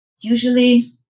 usually